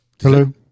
Hello